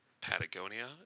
Patagonia